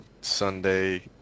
Sunday